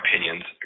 opinions